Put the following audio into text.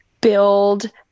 build